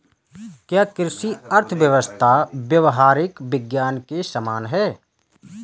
क्या कृषि अर्थशास्त्र व्यावहारिक विज्ञान के समान है?